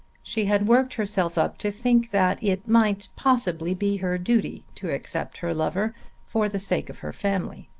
she had worked herself up to think that it might possibly be her duty to accept her lover for the sake of her family.